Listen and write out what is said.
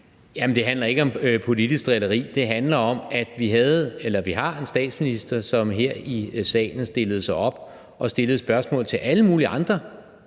(V): Det handler ikke om politisk drilleri. Det handler om, at vi har en statsminister, som her i salen stillede sig op og stillede spørgsmål til alle mulige andre,